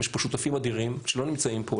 יש פה שותפים אדירים שלא נמצאים פה,